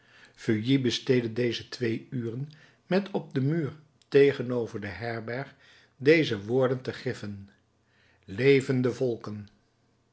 feuilly besteedde deze twee uren met op den muur tegenover de herberg deze woorden te griffen leven de volken